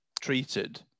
treated